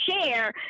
share